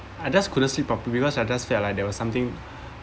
I just couldn't sleep properly because I just felt like there was something